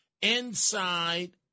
inside